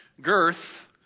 girth